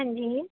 ਹਾਂਜੀ